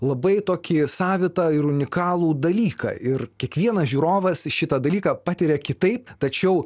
labai tokį savitą ir unikalų dalyką ir kiekvienas žiūrovas šitą dalyką patiria kitaip tačiau